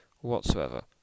whatsoever